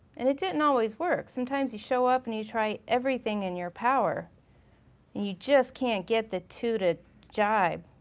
and it didn't always work. sometimes you show up and you try everything in your power and you just can't get the two to jibe.